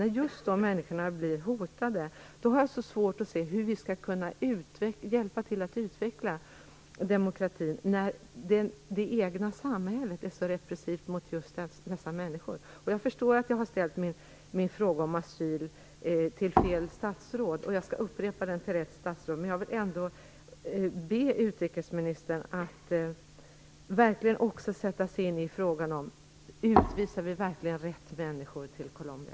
När just dessa människorna blir hotade har jag svårt att se hur vi skall kunna hjälpa till att utveckla demokratin. Samhället är så repressivt mot just dessa människor. Jag förstår att jag har ställt min fråga om asyl till fel statsråd - jag skall upprepa frågan till rätt statsråd. Men jag vill ändå be utrikesministern att också sätta sig in i frågan om vi verkligen utvisar rätt människor till Colombia.